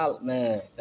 Man